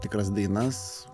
tikras dainas